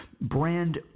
brand